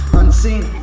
unseen